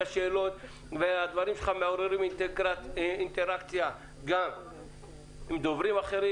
השאלות והדברים שלך מעוררים אינטראקציה גם עם דוברים אחרים.